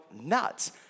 nuts